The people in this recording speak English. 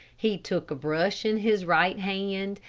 he took a brush in his right hand,